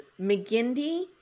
McGindy